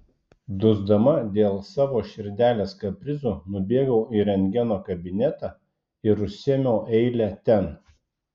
dusdama dėl savo širdelės kaprizų nubėgau į rentgeno kabinetą ir užsiėmiau eilę ten